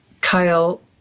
Kyle